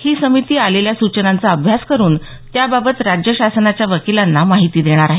ही समिती आलेल्या सूचनांचा अभ्यास करून त्याबाबत राज्य शासनाच्या वकिलांना माहिती देणार आहे